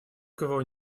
кво